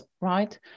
right